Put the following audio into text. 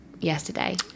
yesterday